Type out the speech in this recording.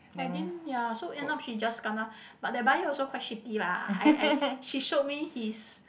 I didn't ya so end up she just kena but the buyer also quite shitty lah I I she showed me his